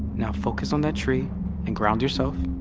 now focus on that tree and ground yourself.